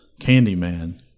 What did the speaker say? Candyman